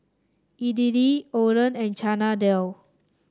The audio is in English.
Idili Oden and Chana Dal